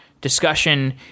discussion